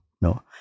no